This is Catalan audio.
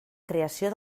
creació